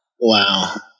Wow